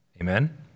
Amen